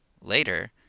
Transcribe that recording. later